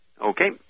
Okay